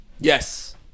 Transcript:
Yes